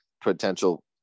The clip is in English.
potential